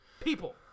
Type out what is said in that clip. People